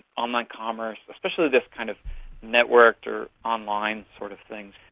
online commerce, especially these kind of networked or online sort of things.